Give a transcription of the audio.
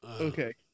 Okay